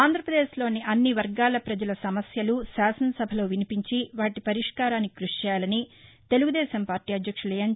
ఆంధ్రప్రదేశ్లోని అన్ని వర్గాల ప్రజల సమస్యలు శాసనసభలో వినిపించి వాటి పరిష్కారానికి కృషిచేయాలని తెలుగుదేశం పార్టీ అధ్యక్షులు ఎన్